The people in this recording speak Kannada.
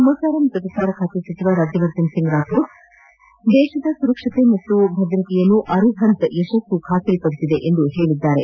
ಸಮಾಚಾರ ಮತ್ತು ಪ್ರಸಾರ ಖಾತೆ ಸಚಿವ ರಾಜ್ಯವರ್ಧನ್ ರಾಥೋಡ್ ಅವರು ದೇಶದ ಸುರಕ್ಷತೆ ಮತ್ತು ಭದ್ರತೆಯನ್ನು ಅರಿಹಂತ್ ಯಶಸ್ಸು ಖಾತ್ರಿಪಡಿಸಿದೆ ಎಂದಿದ್ದಾರೆ